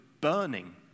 burning